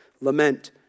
Lament